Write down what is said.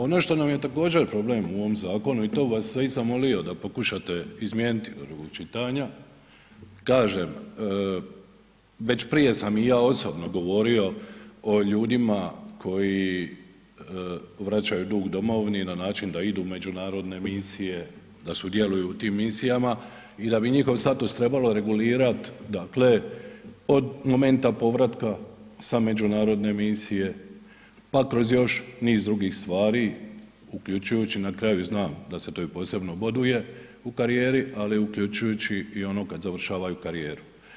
Ono što nam je također problem u ovom zakonu i to bi vas sve i zamolio da pokušate izmijeniti do drugog čitanja, kažem već prije sam i ja osobno govorio o ljudima koji vraćaju dug domovini na način da idu u međunarodne misije, da sudjeluju u tim misijama i da bi njihov status trebalo regulirat dakle od momenta povratka sa međunarodne misije, pa kroz još niz drugih stvari uključujući na kraju i znam da se to i posebno boduje u karijeri, ali i uključujući i ono kad završavaju karijeru.